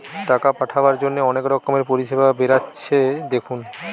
টাকা পাঠাবার জন্যে অনেক রকমের পরিষেবা বেরাচ্ছে দেখুন